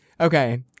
okay